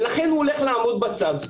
ולכן הוא הולך לעמוד בצד.